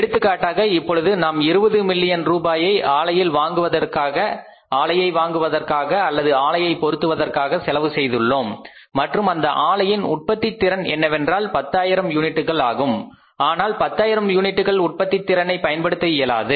எடுத்துக்காட்டாக இப்பொழுது நாம் 20 மில்லியன் ரூபாயை ஆலையை வாங்குவதற்காக அல்லது ஆலையை பொருத்துவதற்காக செலவு செய்துள்ளோம் மற்றும் அந்த ஆலையின் உற்பத்தி திறன் என்னவென்றால் 10000 யூனிட்டுகள் ஆனால் 10000 யூனிட்டுகள் உற்பத்தித் திறனை பயன்படுத்த இயலாது